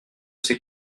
ces